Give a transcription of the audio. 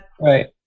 Right